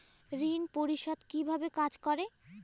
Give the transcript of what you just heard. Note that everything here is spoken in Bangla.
ঋণ পরিশোধ কিভাবে কাজ করে?